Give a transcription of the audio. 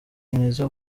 mwiza